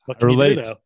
relate